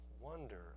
Wonder